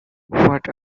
what